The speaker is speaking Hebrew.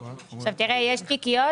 במליאה.